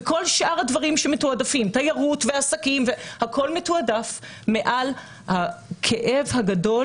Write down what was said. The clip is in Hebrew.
וכל שאר הדברים שמתועדפים תיירות ועסקים הכול מתועדף מעל הכאב הגדול